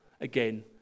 again